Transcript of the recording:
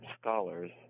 scholars